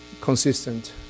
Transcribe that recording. consistent